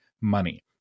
money